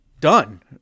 done